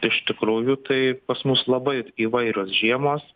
iš tikrųjų tai pas mus labai įvairios žiemos